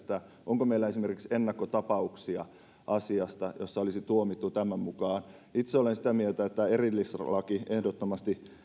onko meillä asiasta esimerkiksi ennakkotapauksia joissa olisi tuomittu tämän mukaan itse olen sitä mieltä että tämä erillislaki ehdottomasti